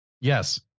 Yes